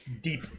deep